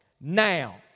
now